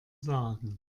sagen